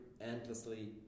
endlessly